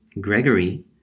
Gregory